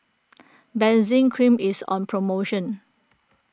Benzac Cream is on promotion